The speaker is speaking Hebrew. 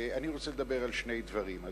אני רוצה לדבר על שני דברים.